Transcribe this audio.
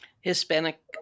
Hispanic